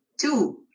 Two